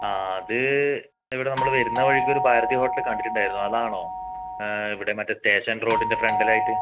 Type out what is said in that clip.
ആ അത് ഇവിടെ നമ്മൾ വരുന്ന വഴിക്കൊരു ഭാരതി ഹോട്ടല് കണ്ടിട്ടുണ്ടായിരുന്നു അതാണോ ഇവിടെ മറ്റേ സ്റ്റേഷൻ റോഡിൻ്റെ ഫ്രണ്ടിലായിട്ട്